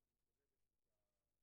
תודה.